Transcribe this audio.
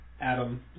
Adam